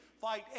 fight